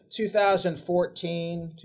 2014